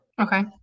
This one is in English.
Okay